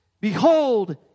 Behold